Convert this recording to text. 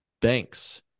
banks